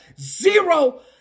zero